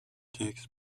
takes